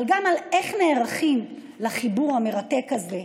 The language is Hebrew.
אבל גם איך נערכים לחיבור המרתק הזה,